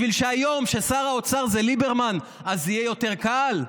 בשביל שהיום כששר האוצר זה ליברמן אז יהיה יותר קל?